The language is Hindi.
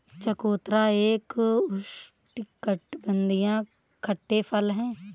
चकोतरा एक उष्णकटिबंधीय खट्टे फल है